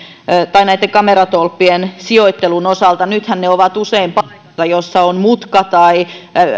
näitten kameratolppien sijoittelun osalta nythän ne ovat usein paikoissa joissa on mutka tai